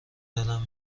دلم